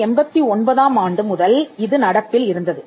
1889 ஆம் ஆண்டு முதல் இது நடப்பில் இருந்தது